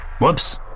Whoops